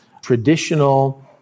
traditional